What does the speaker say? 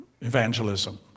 Evangelism